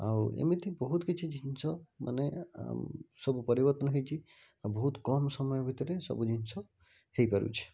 ଆଉ ଏମିତି ବହୁତ କିଛି ଜିନିଷ ମାନେ ସବୁ ପରିବର୍ତ୍ତନ ହୋଇଛି ଆଉ ବହୁତ କମ୍ ସମୟ ଭିତରେ ସବୁ ଜିନିଷ ହୋଇପାରୁଛି